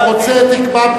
רבותי.